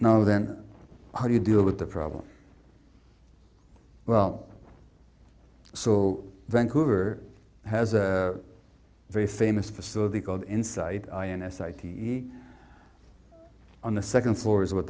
now then how do you deal with the problem well so vancouver has a very famous facility called insight i n s i t e on the second floor is what